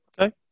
okay